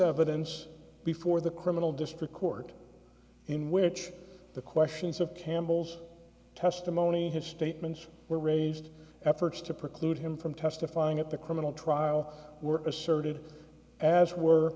evidence before the criminal district court in which the questions of campbell's testimony his statements were raised efforts to preclude him from testifying at the criminal trial were asserted as were